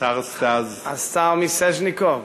השר מיסז'ניקוב,